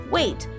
Wait